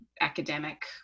academic